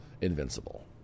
Invincible